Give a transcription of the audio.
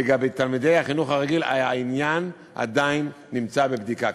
לגבי תלמידי החינוך הרגיל העניין עדיין נמצא בבדיקה.